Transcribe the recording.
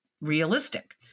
realistic